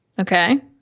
Okay